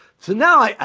so now,